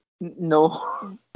No